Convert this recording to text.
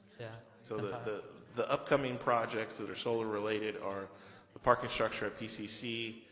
yeah. so the the upcoming projects that are solar related are the parking structure at pcc,